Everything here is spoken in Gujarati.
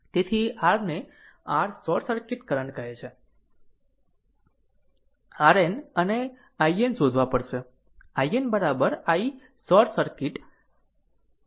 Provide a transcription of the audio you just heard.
તેથી r ને r શોર્ટ સર્કિટ કરંટ કહે છે RN અને IN શોધવા પડશે IN iSC short circuit current